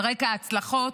על רקע ההצלחות,